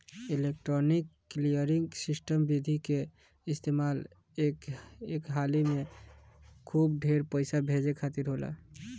electronic clearing system विधि के इस्तेमाल एक हाली में खूब ढेर पईसा भेजे खातिर होला